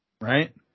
right